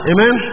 Amen